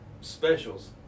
specials